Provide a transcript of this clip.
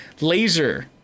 laser